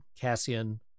Cassian